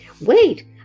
Wait